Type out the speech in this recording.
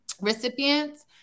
recipients